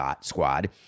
squad